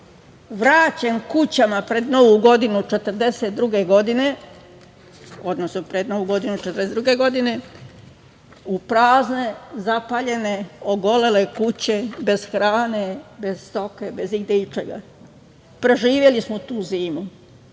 vraćen kućama pred Novu godinu 1942. godine, odnosno pred Novu godinu u prazne, zapaljene, ogolele kuće, bez hrane, bez stoke, bez igde ičega. Preživeli smo tu zimu.